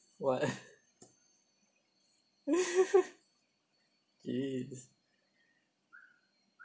what